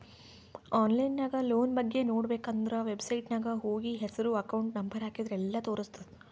online ನಾಗ್ loan ಬಗ್ಗೆ ನೋಡ್ಬೇಕ ಅಂದುರ್ ವೆಬ್ಸೈಟ್ನಾಗ್ ಹೋಗಿ ಹೆಸ್ರು ಅಕೌಂಟ್ ನಂಬರ್ ಹಾಕಿದ್ರ ಎಲ್ಲಾ ತೋರುಸ್ತುದ್